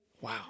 Wow